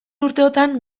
urteotan